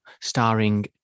starring